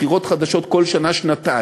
בחירות חדשות כל שנה-שנתיים,